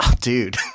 Dude